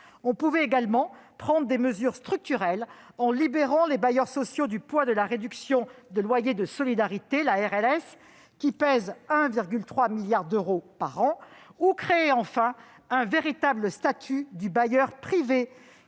On pouvait également prendre des mesures structurelles, en libérant les bailleurs sociaux du poids de la réduction de loyer de solidarité, la RLS, qui pèse 1,3 milliard d'euros par an, ou créer enfin un véritable statut du bailleur privé,